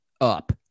up